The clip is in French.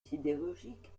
sidérurgique